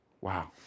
wow